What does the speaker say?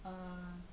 err